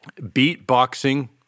Beatboxing